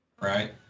Right